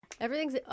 Everything's